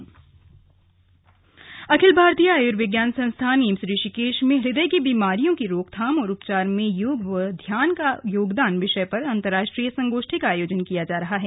slug AIIMS संगोष्ठी अखिल भारतीय आयुर्विज्ञान संस्थान एम्स ऋषिकेश में हृदय की बीमारियों की रोकथाम और उपचार में योग व ध्यान का योगदान विषय पर अंतरराष्ट्रीय संगोष्ठी का आयोजन किया जा रहा है